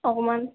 অকণমান